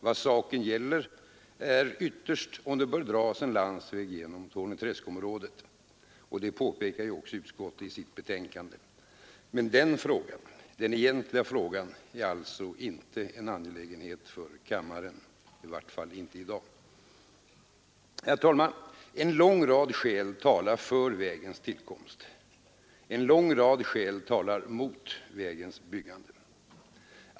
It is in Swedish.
Vad saken ytterst gäller är om det bör dras en landsväg genom Torneträskområdet. Detta påpekar också utskottet i sitt betänkande. Men den frågan — den egentliga frågan — är alltså inte en angelägenhet för kammaren, i varje fall inte i dag. Herr talman! En lång rad skäl talar för vägens tillkomst. En lång rad skäl talar mot vägens byggande.